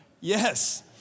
yes